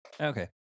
Okay